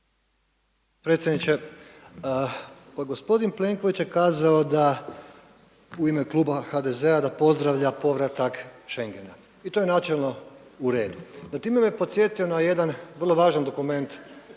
Predsjedniče, pa gospodin Plenković je kazao da u ime kluba HDZ-a da pozdravlja povratak schengena. I to je načelno u redu. No, time me podsjetio na jedan vrlo važan dokument